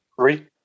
Three